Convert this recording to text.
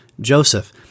Joseph